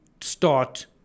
start